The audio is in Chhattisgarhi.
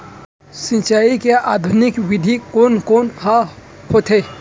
सिंचाई के आधुनिक विधि कोन कोन ह होथे?